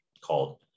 called